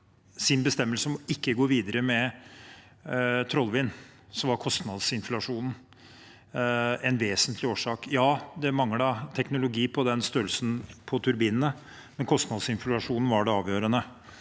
bestemmelse om ikke å gå videre med Trollvind, var kostnadsinflasjonen en vesentlig årsak. Ja, det manglet teknologi med tanke på størrelsen på turbinene, men kostnadsinflasjonen var det avgjørende.